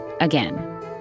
Again